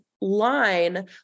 line